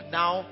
now